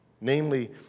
namely